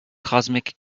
cosmic